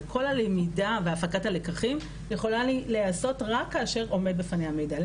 כל הלמידה והפקת הלקחים יכולה להיעשות רק כאשר עומד בפניה מידע.